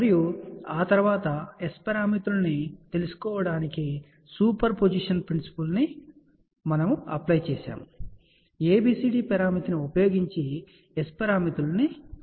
మరియు ఆ తరువాత S పారామితులను తెలుసుకోవడానికి సూపర్ పొజిషన్ ప్రిన్సిపల్ ను వర్తింపజేయండి ABCD పారామితిని ఉపయోగించి S పారామితులకు మార్చండి